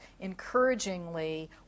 encouragingly